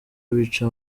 bica